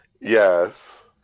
Yes